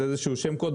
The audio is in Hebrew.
זה איזשהו שם קוד,